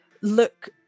look